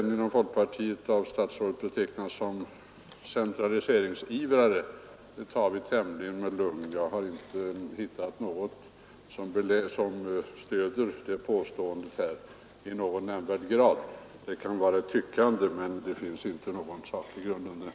Att vi inom folkpartiet sedan av statsrådet betecknas som centraliseringsivrare tar vi tämligen lugnt. Det finns ingenting som stöder det påståendet. Det kan vara uttryck för ett tyckande, men det finns inte någon saklig grund för det.